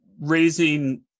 raising